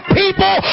people